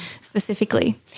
specifically